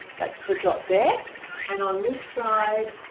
that's the dot there and on this side